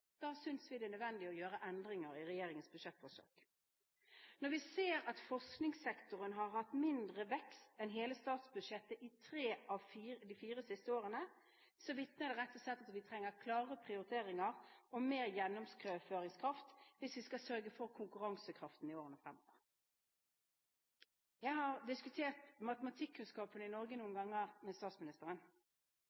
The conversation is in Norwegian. Da synes vi det er nødvendig å gjøre endringer i regjeringens budsjettforslag. Når vi ser at forskningssektoren har hatt mindre vekst enn hele statsbudsjettet i tre av de fire siste årene, vitner det rett og slett om at vi trenger klarere prioriteringer og mer gjennomføringskraft hvis vi skal sørge for konkurransekraften i årene fremover. Jeg har diskutert matematikkunnskapene i Norge